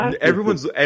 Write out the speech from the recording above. Everyone's